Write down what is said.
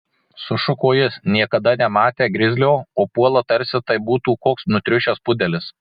sušuko jis niekada nematė grizlio o puola tarsi tai būtų koks nutriušęs pudelis